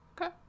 Okay